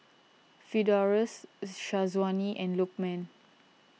Firdaus Syazwani and Lokman